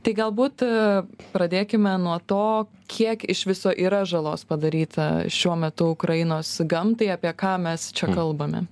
tai galbūt a pradėkime nuo to kiek iš viso yra žalos padaryta šiuo metu ukrainos gamtai apie ką mes čia kalbame